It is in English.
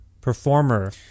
performer